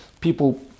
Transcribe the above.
People